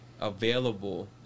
available